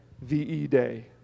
V-E-Day